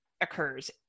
occurs